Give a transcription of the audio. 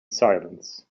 silence